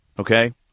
Okay